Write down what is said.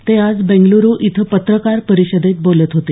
ते आज बेंगल्रु इथे पत्रकार परिषदेत बोलत होते